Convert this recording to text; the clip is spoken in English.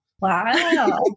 Wow